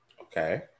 Okay